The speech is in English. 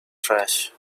trash